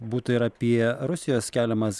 būta ir apie rusijos keliamas